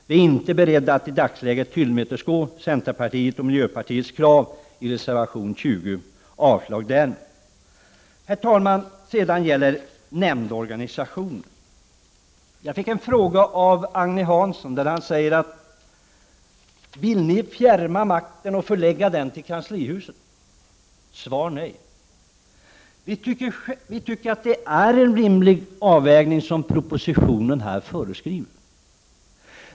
Vi är inte beredda att i dagsläget tillmötesgå centerpartiets och miljöpartiets krav i reservation 20. Vi yrkar avslag på den reservationen. Sedan gäller det nämndorganisationen. Jag fick en fråga av Agne Hansson: Vill ni fjärma makten och förlägga den till kanslihuset? Svar: Nej. Vi tycker att propositionen föreskriver en rimlig avvägning.